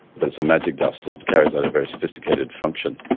but it's a magic dust, it carries out very sophisticated function.